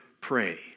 pray